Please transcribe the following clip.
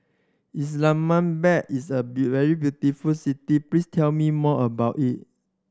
Islamabad is a very beautiful city please tell me more about it